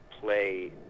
play